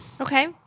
Okay